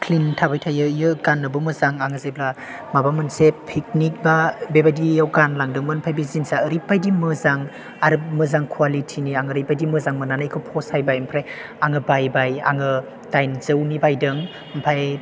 clean थाबाय थायो बियो गाननोबो मोजां आं जेब्ला माबा मोनसे पिकनिक बा बेबायदियाव गानलांदोंमोन ओमफ्राय बे जिन्सआ ओरैबादि मोजां आरो मोजां कुवालिटिनि आं ओरैबादि मोजां मोननानै फसायबाय ओमफ्राय आं बायबाय आं दाइनजौनि बायदों ओमफ्राय